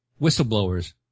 whistleblowers